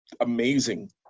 amazing